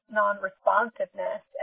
non-responsiveness